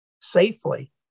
safely